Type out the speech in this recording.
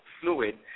fluid